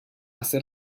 hace